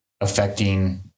affecting